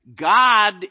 God